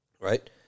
right